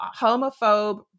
homophobe